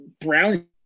brown